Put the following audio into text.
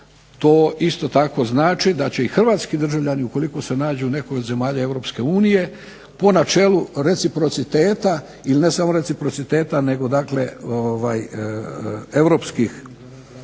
to isto tako znači da će i hrvatski državljani ukoliko se nađu u nekoj od zemalja EU po načelu reciprociteta, ili ne samo reciprociteta nego dakle europskih